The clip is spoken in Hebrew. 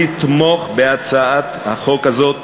תפסיקו עם המנטרה הזאת.